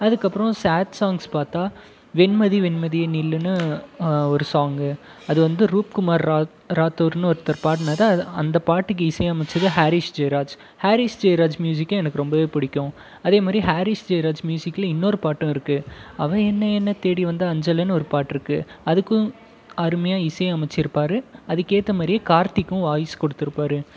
அதுக்கப்புறம் sad songs பார்த்தா வெண்மதி வெண்மதியே நில்லு ஒரு சாங்கு அது வந்து ரூப் குமார் ராக் ராத்தூர்னு ஒருத்தர் பாடினது அது அந்த பாட்டுக்கு இசையமைத்தது ஹாரிஸ் ஜெயராஜ் ஹாரிஸ் ஜெயராஜ் மியூசிக்கும் எனக்கு ரொம்பவே பிடிக்கும் அதே மாதிரி ஹாரீஸ் ஜெயராஜ் மியூசிக்கில் இன்னொரு பாட்டும் இருக்குது அவ என்ன என்ன தேடி வந்த அஞ்சலனு ஒரு பாட்டுடிருக்கு அதுக்கும் அருமையாக இசை அமைச்சிருப்பாரு அதுக்கேற்ற மாதிரியே கார்த்திக்கும் வாய்ஸ் கொடுத்துருப்பாரு